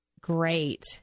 great